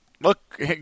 look